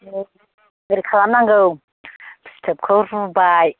ओरै खालामनांगौ फिथोबखौ रुबाय